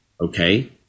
okay